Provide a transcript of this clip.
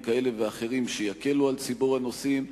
כאלה ואחרים שיקלו על ציבור הנוסעים,